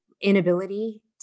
inability